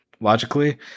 logically